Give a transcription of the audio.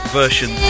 version